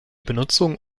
benutzung